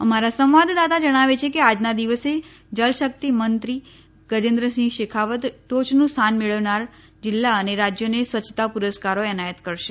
અમારા સંવાદદાતા જણાવે છે કે આજના દિવસે જલશક્તિ મંત્રી ગજેન્દ્રસિંહ શેખાવત ટોચનું સ્થાન મેળવનાર જિલ્લા અને રાજ્યોને સ્વચ્છતા પુરસ્કારો એનાયત કરશે